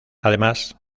además